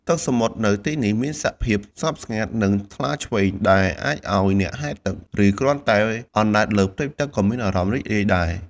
ទឹកសមុទ្រនៅទីនេះមានសភាពស្ងប់ស្ងាត់ និងថ្លាឆ្វេង ដែលអាចឲ្យអ្នកហែលទឹក ឬគ្រាន់តែអណ្តែតលើផ្ទៃទឹកក៏មានអារម្មណ៍រីករាយដែរ។